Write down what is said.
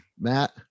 Matt